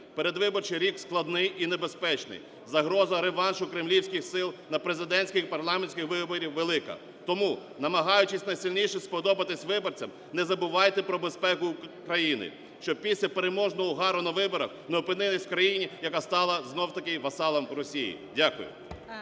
Передвиборчий рік складний і небезпечний. Загроза реваншу кремлівських сил на президентських і парламентських виборах велика. Тому, намагаючись найсильніше сподобатись виборцям, не забувайте про безпеку країни. Щоб після переможного угару на виборах не опинились в країні, яка стала знову-таки васалом Росії. Дякую.